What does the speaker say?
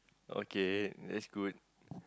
okay that's good